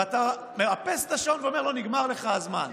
ואתה מאפס את השעון ואומר לו: נגמר לך הזמן.